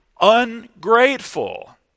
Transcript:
ungrateful